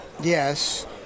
yes